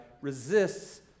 resists